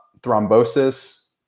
thrombosis